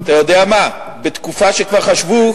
אתה יודע מה, בתקופה שכבר חשבו,